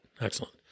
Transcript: Excellent